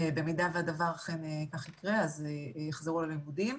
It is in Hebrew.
במידה שהדבר אכן כך יקרה, אז יחזרו הלימודים.